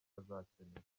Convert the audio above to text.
azakenera